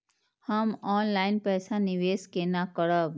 हम ऑनलाइन पैसा निवेश केना करब?